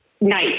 nice